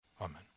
amen